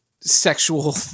sexual